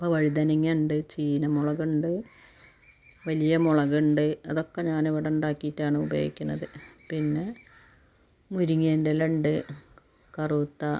അപ്പം വഴുതനങ്ങ ഉണ്ട് ചീനമുളകുണ്ട് വലിയ മുളകുണ്ട് അതൊക്കെ ഞാനിവിടെ ഉണ്ടാക്കിയിട്ടാണ് ഉപയോഗിക്കണത് പിന്നെ മുരിങ്ങേൻ്റെ ഇല ഉണ്ട് കറുവത്ത